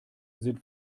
sind